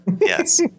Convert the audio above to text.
Yes